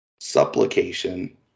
supplication